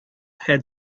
had